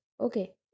okay